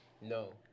No